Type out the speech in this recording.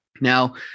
Now